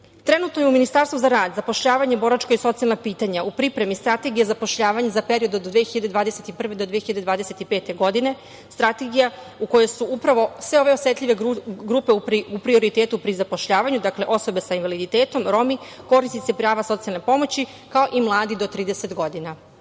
Trenutno je u Ministarstvu za rad, zapošljavanje, boračka i socijalna pitanja u pripremi strategija zapošljavanje za period od 2021. do 2025. godine, strategija u kojoj su upravo sve ove osetljive grupe u prioritetu pri zapošljavanju, dakle osobe sa invaliditetom, Romi, korisnici prava socijalne pomoći, kao i mladi do 30 godina. Kada